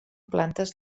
plantes